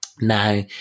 Now